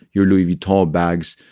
you're louis v tall bags.